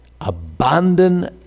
abandon